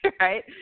right